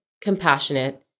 compassionate